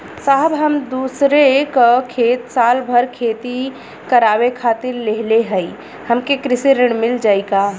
साहब हम दूसरे क खेत साल भर खेती करावे खातिर लेहले हई हमके कृषि ऋण मिल जाई का?